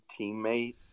teammate